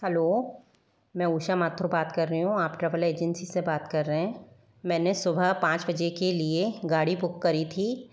hello मैं ऊषा माथुर बात कर रही हूँ आप ट्रैवल एजेंसी से बात कर रहे हैं मैंने सुबह पाँच बजे के लिए गाड़ी बुक करी थी